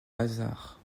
hasard